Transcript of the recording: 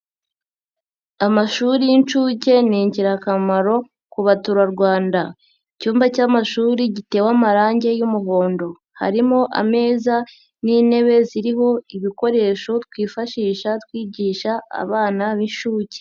Amashuri y'inshuke ni ingirakamaro ku baturarwanda. Icyumba cy'amashuri gitewe amarange y'umuhondo. Harimo ameza n'intebe ziriho ibikoresho twifashisha twigisha abana b'inshuke.